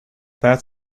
that